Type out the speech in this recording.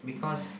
mm